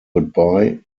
goodbye